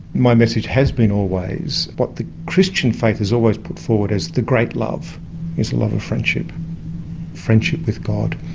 my message has been always what the christian faith has always put forward as the great love is the love of friendship friendship with god,